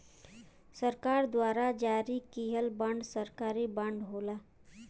सरकार द्वारा जारी किहल बांड सरकारी बांड होला